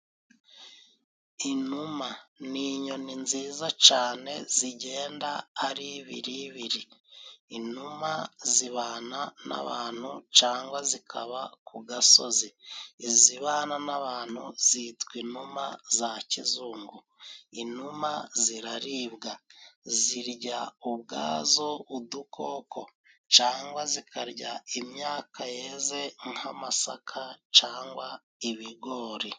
Inuma, ni inyoni nziza cane, zigenda ari ibiri ibiri, inuma zibana n'abantu cangwa zikaba ku gasozi. Izibana n'abantu zitwa inuma za kizungu. Inuma ziraribwa, zirya ubwazo udukoko cangwa zikarya imyaka yeze nk'amasaka cangwa ibigori.